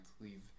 leave